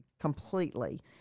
completely